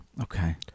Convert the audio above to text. Okay